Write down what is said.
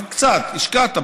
אבל קצת, השקעת.